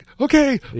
Okay